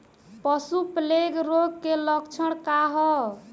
पशु प्लेग रोग के लक्षण का ह?